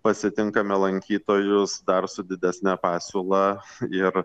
pasitinkame lankytojus dar su didesne pasiūla ir